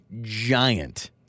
giant